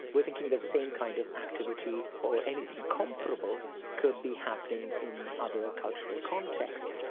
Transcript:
we're thinking the the same kind of activity or anything com, parable could be happening in other cultural contexts.